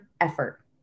effort